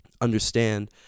understand